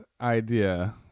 idea